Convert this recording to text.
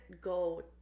go